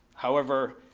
however,